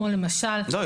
כמו למשל --- לא,